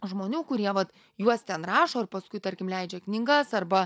žmonių kurie vat juos ten rašo ir paskui tarkim leidžia knygas arba